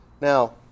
Now